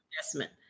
investment